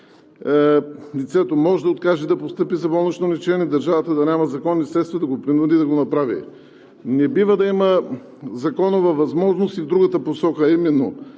то може да откаже да постъпи за болнично лечение, а държавата да няма законни средства да го принуди, за да го направи. Не бива да има законова възможност и в другата посока, а именно